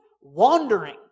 wandering